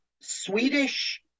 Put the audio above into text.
Swedish